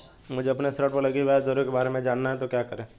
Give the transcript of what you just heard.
मुझे अपने ऋण पर लगी ब्याज दरों के बारे में जानना है तो क्या करें?